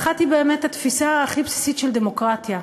האחת היא באמת התפיסה הכי בסיסית של דמוקרטיה.